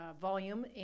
volume